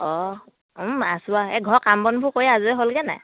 অঁ আছোঁ আৰু এই ঘৰৰ কাম বনবোৰ কৰি আজৰি হ'লগে নাই